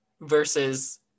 versus